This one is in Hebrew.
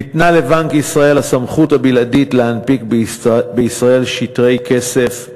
ניתנה לבנק ישראל הסמכות הבלעדית להנפיק בישראל שטרי כסף,